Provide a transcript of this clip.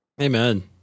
Amen